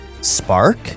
Spark